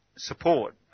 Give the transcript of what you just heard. Support